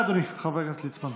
בבקשה, אדוני חבר הכנסת ליצמן.